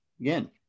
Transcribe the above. again